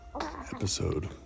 episode